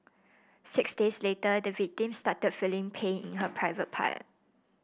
six days later the victim started feeling pain in her private part